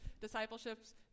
discipleships